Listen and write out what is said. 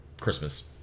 Christmas